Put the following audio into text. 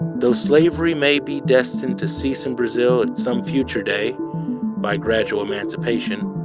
though slavery may be destined to cease in brazil at some future day by gradual emancipation,